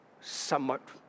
somewhat